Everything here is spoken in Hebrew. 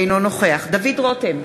אינו נוכח דוד רותם,